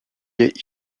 est